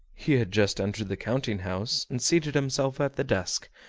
he had just entered the counting-house, and seated himself at the desk,